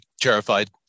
terrified